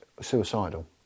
suicidal